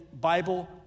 Bible